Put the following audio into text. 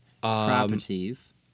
Properties